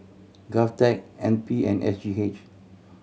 GovTech N P and S G H